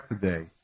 today